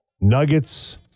Nuggets